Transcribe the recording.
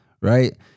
right